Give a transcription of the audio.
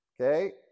Okay